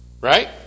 Right